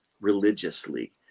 religiously